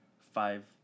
five